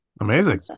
amazing